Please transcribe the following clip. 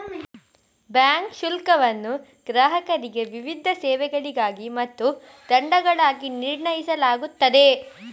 bank ಶುಲ್ಕವನ್ನು ಗ್ರಾಹಕರಿಗೆ ವಿವಿಧ ಸೇವೆಗಳಿಗಾಗಿ ಮತ್ತು ದಂಡಗಳಾಗಿ ನಿರ್ಣಯಿಸಲಾಗುತ್ತದೆ